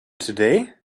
today